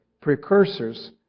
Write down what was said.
precursors